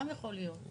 גם יכול להיות.